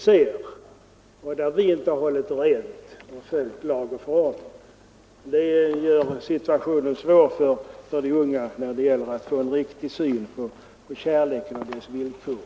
Där har vi inte hållit rent och inte följt lag och förordning. Det gör det svårt för de unga att få en riktig syn på kärleken och dess villkor.